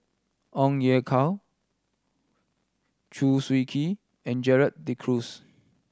Ong Ye Kung Chew Swee Kee and Gerald De Cruz